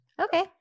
Okay